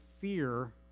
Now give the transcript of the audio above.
fear